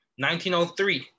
1903